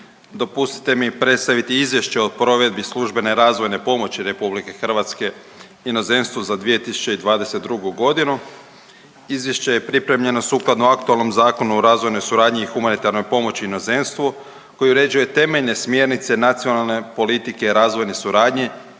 dopustite mi predstaviti Izvješće o provedbi službene razvojne pomoći RH inozemstvu za 2022.g.. Izvješće je pripremljeno sukladno aktualnom Zakonu o razvojnoj suradnji i humanitarnoj pomoći inozemstvu koji uređuje temeljne smjernice nacionalne politike razvojne suradnje